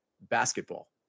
basketball